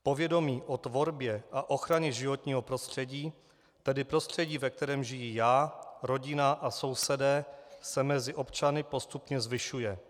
Povědomí o tvorbě a ochraně životního prostředí, tedy prostředí, ve kterém žiji já, rodina a sousedé, se mezi občany postupně zvyšuje.